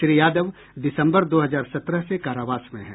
श्री यादव दिसम्बर दो हजार सत्रह से कारावास में हैं